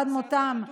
עד מותם,